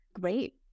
Great